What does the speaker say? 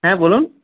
হ্যাঁ বলুন